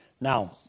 Now